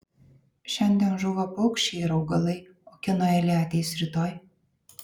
šiandien žūva paukščiai ir augalai o kieno eilė ateis rytoj